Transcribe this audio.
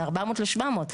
מ-400 ל-700.